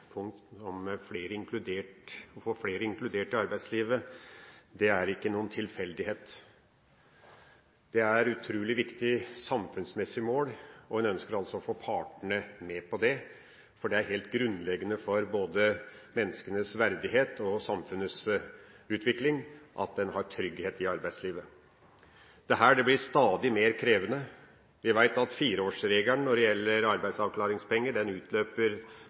å få flere inkludert i arbeidslivet er ikke noen tilfeldighet. Det er et utrolig viktig samfunnsmessig mål, og en ønsker å få partene med på det. Det er helt grunnleggende for både menneskenes verdighet og samfunnets utvikling at en har trygghet i arbeidslivet. Dette blir stadig mer krevende. Jeg vet at fireårsregelen når det gjelder arbeidsavklaringspenger, utløper